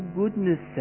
goodness